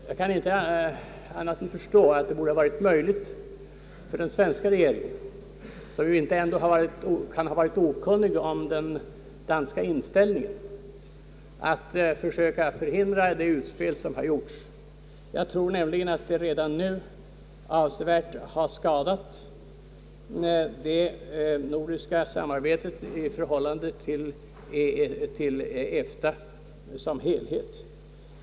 Jag kan inte förstå annat än att det borde ha varit möjligt för den svenska regeringen, som väl ändå inte varit okunnig om den danska inställningen, att försöka förhindra det utspel som Danmark gjort. Jag tror nämligen att detta redan nu avsevärt har skadat det nordiska samarbetet i förhållande till EFTA som helhet.